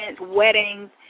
weddings